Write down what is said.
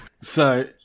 So-